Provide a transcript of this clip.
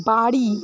বাড়ি